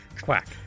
quack